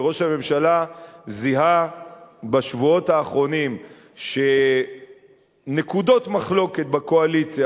וראש הממשלה זיהה בשבועות האחרונים שנקודות מחלוקת בקואליציה,